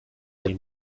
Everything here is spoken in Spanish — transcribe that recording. del